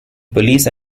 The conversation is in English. police